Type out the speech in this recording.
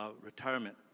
retirement